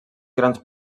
grans